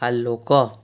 ଆଲୋକ